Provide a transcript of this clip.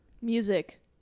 Music